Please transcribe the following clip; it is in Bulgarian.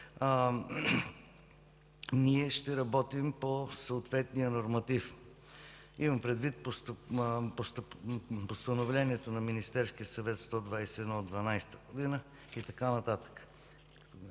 ние ще работим по съответния норматив. Имам предвид Постановлението на Министерския съвет № 121 от 2012 г. и така нататък.